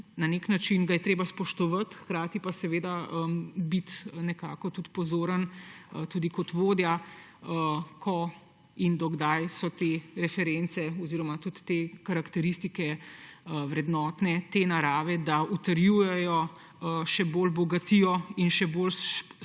Na nek način ga je treba spoštovati, hkrati pa seveda biti pozoren, tudi kot vodja, ko in do kdaj so te reference oziroma vrednotne karakteristike te narave, da utrjujejo, še bolj bogatijo in delajo